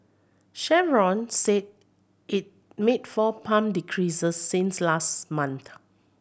Chevron said it made four pump decreases since last month